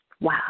wow